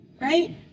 right